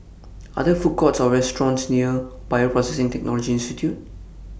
Are There Food Courts Or restaurants near Bioprocessing Technology Institute